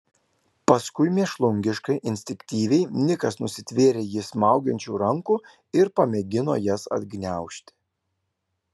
paskui mėšlungiškai instinktyviai nikas nusitvėrė jį smaugiančių rankų ir pamėgino jas atgniaužti